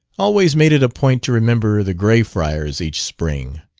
always made it a point to remember the grayfriars each spring.